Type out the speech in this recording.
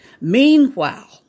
Meanwhile